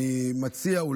אני מציע,